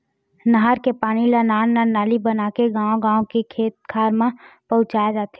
नहर के पानी ल नान नान नाली बनाके गाँव गाँव के खेत खार म पहुंचाए जाथे